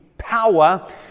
power